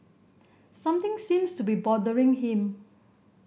something seems to be bothering him